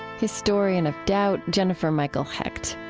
historian of doubt jennifer michael hecht.